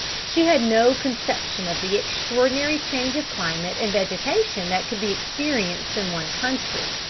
she had no conception of the extraordinary change of climate and vegetation that could be experienced in one country.